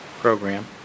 program